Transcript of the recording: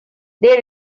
they